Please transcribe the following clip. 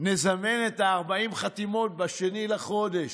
נזמן את ה-40 חתימות ב-2 בחודש,